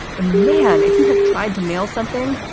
and man, if you have tried to mail something,